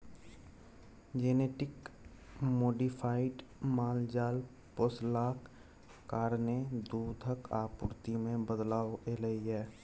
genetic modified माल जाल पोसलाक कारणेँ दुधक आपुर्ति मे बदलाव एलय यै